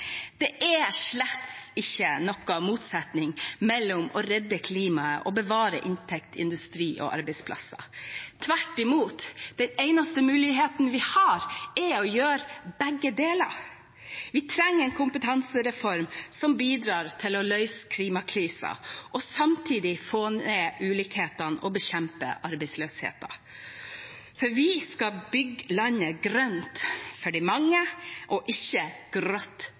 Det er slett ikke noen motsetning mellom å redde klimaet og å bevare inntekter, industri og arbeidsplasser. Tvert imot, den eneste muligheten vi har, er å gjøre begge deler. Vi trenger en kompetansereform som bidrar til å løse klimakrisen og samtidig få ned ulikhetene og bekjempe arbeidsløsheten. For vi skal bygge landet grønt for de mange og ikke